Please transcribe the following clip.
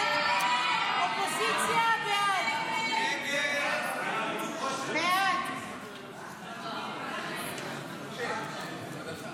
ההסתייגויות לסעיף 06 בדבר הפחתת